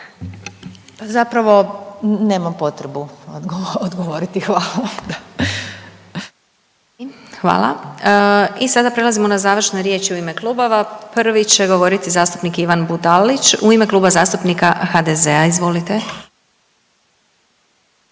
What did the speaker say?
Zapravo nemam potrebu odgovoriti. Hvala. **Glasovac, Sabina (SDP)** Hvala i sada prelazimo na završne riječi u ime klubova, prvi će govoriti zastupnik Ivan Budalić u ime Kluba zastupnika HDZ-a. Izvolite.